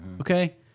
Okay